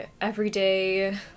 everyday